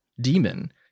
demon